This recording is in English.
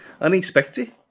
Unexpected